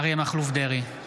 בעד אריה מכלוף דרעי,